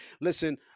listen